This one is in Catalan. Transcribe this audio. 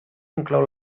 inclou